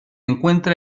encuentra